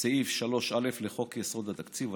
סעיף 3א לחוק יסודות התקציב,